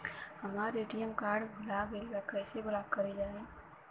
हमार ATM card भूला गईल बा कईसे ब्लॉक करी ओके?